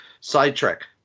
Sidetrack